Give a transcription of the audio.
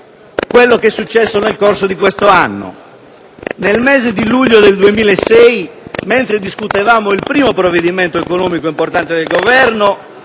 ciò che è accaduto nel corso di questo anno. Nel mese di luglio del 2006, mentre discutevamo il primo provvedimento economico importante del Governo,